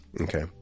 Okay